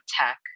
tech